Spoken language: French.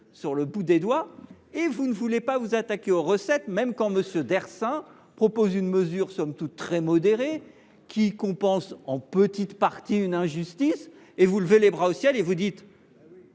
en difficulté. Mais vous ne voulez pas vous attaquer aux recettes ! Et quand M. Dhersin propose une mesure, somme toute très modérée, qui compense en petite partie une injustice, vous levez les bras au ciel et vous dites